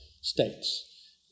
states